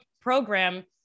program